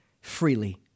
freely